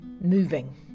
moving